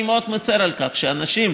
אני מאוד מצר על כך שאנשים,